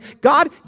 God